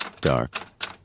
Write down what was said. Dark